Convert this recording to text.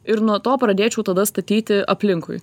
ir nuo to pradėčiau tada statyti aplinkui